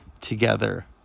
together